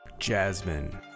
Jasmine